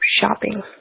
shopping